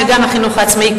וגם החינוך העצמאי,